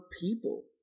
people